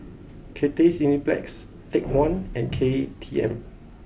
Cathay Cineplex Take One and K T M